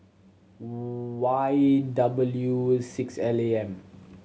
Y W six L A M